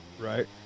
Right